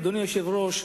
אדוני היושב-ראש,